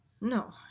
No